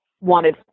Wanted